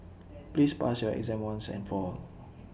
please pass your exam once and for all